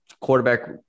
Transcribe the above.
quarterback